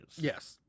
Yes